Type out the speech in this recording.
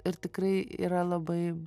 ir tikrai yra labai